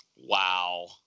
Wow